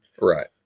Right